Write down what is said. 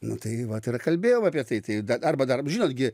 nu tai vat ir kalbėjom apie tai tai arba dar žinot gi